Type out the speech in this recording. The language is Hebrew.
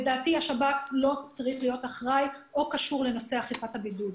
לדעתי השב"כ לא צריך להיות אחראי או קשור לנושא אכיפת הבידוד.